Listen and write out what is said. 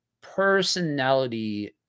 personality